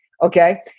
Okay